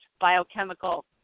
biochemical